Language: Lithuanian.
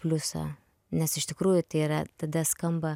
pliusą nes iš tikrųjų tai yra tada skamba